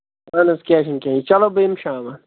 اَہن حظ کیٚنہہ چھُنہٕ کیٚنہہ چلو بہٕ یِمہٕ شامَس